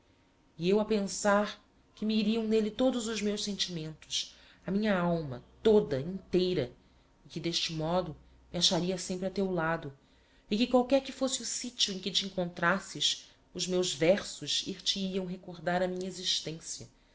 e eu a pensar que me iriam n'elle todos os meus sentimentos a minha alma toda inteira e que d'este modo me acharia sempre a teu lado e que qualquer que fosse o sitio em que te encontrasses os meus versos ir te hiam recordar a minha existencia